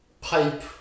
Pipe